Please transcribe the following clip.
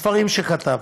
הספרים שכתב,